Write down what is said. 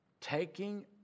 Taking